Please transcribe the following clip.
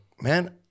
man